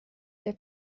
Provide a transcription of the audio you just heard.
der